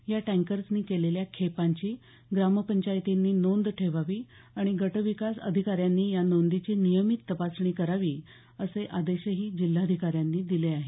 या टँकर्सनी केलेल्या खेपांची ग्रामपंचायतींनी नोंद ठेवावी आणि गटविकास अधिकाऱ्यांनी या नोंदीची नियमित तपासणी करावी असे आदेशही जिल्हाधिकाऱ्यांनी दिले आहेत